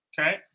Okay